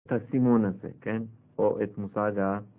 את הסימון הזה, כן? או את מושג ה...